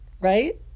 right